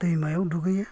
दैमायाव दुगैयो